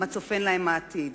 מה צופן להם העתיד,